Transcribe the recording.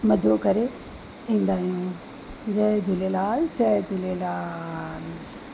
मज़ो करे ईंदा आहियूं जय झूलेलाल जय झूलेलाल